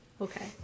Okay